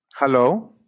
Hello